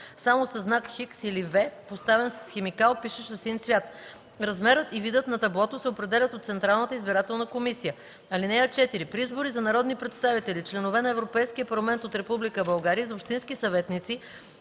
само със знак „Х” или „V”, поставен с химикал, пишещ със син цвят. Размерът и видът на таблото се определят от Централната избирателна комисия. (4) При избори за народни представители, членове на Европейския парламент от Република България и за общински съветници